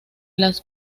las